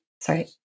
sorry